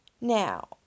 Now